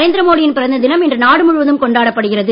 நரேந்திர மோடி யின் பிறந்த தினம் இன்று நாடு முழுவதும் கொண்டாடப் படுகிறது